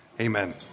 Amen